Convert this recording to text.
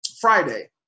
Friday